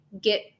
get